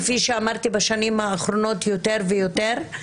כפי שאמרתי, בשנים האחרונות יותר ויותר,